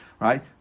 right